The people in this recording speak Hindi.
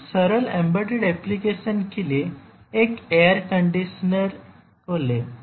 बहुत सरल एम्बेडेड एप्लीकेशन के लिए एक एयर कंडीशनर कहें